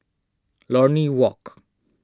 Lornie Walk